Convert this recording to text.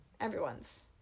everyone's